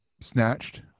snatched